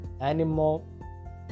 animal